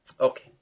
Okay